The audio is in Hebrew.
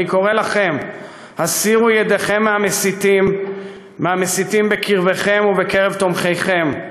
ואני קורא לכם: הסירו ידיכם מהמסיתים בקרבכם ובקרב תומכיכם,